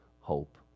hope